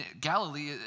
Galilee